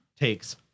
takes